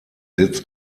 sitz